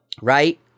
right